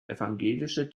evangelische